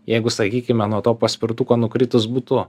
jeigu sakykime nuo to paspirtuko nukritus būtų